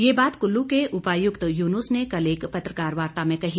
ये बात कुल्लू के उपायुक्त युनूस ने कल एक पत्रकार वार्ता में कही